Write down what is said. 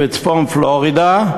בצפון פלורידה,